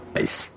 Nice